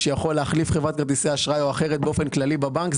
שיכול להחליף חברת כרטיסי אשראי באופן כללי בבנק,